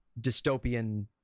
dystopian